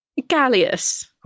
Gallius